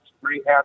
rehab